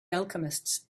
alchemists